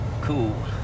Cool